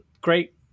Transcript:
great